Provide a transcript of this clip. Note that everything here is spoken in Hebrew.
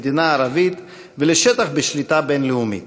למדינה ערבית ולשטח בשליטה בין-לאומית.